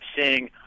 seeing